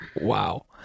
wow